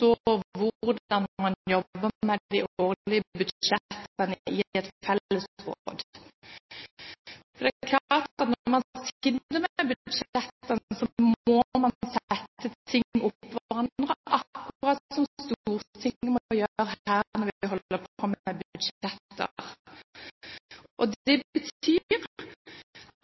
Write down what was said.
forstår hvordan man jobber med de årlige budsjettene i et fellesråd. Det er klart at når man sitter med budsjettene, må man sette ting opp mot hverandre, akkurat som vi her i Stortinget må gjøre når vi holder på med budsjetter. Det betyr